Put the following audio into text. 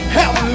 help